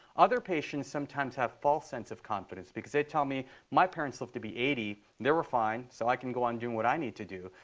other patients sometimes have a false sense of confidence because they tell me, my parents lived to be eighty. they were fine, so i can go on doing what i need to do.